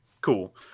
cool